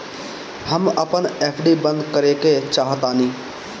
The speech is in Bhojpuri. हम अपन एफ.डी बंद करेके चाहातानी